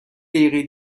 دقیقه